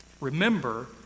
Remember